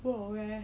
不懂 leh